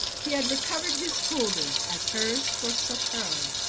he had recovered his coolness as hers forsook her,